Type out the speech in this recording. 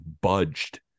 budged